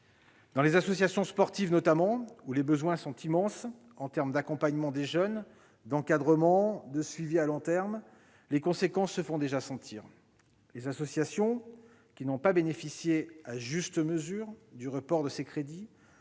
Dans les associations sportives notamment, où les besoins sont immenses en termes d'accompagnement des jeunes, d'encadrement, de suivi à long terme, les conséquences se font déjà sentir. Les associations, qui n'ont pas bénéficié à « juste mesure » du report de ces crédits,